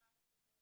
שמשרד החינוך